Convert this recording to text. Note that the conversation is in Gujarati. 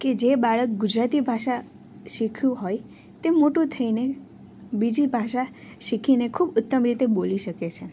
કે જે બાળક ગુજરાતી ભાષા શીખ્યું હોય તે મોટું થઈને બીજી ભાષા શીખીને ખૂબ ઉત્તમ રીતે બોલી શકે છે